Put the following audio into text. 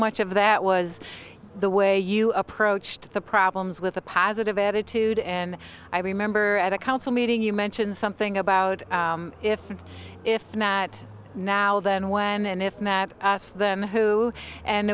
much of that was the way you approached the problems with a positive attitude and i remember at a council meeting you mentioned something about if and if not now then when and if map asked then who and